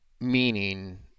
meaning